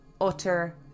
Utter